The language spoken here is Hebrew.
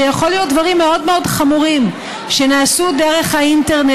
זה יכול להיות דברים מאוד מאוד חמורים שנעשו דרך האינטרנט,